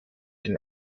den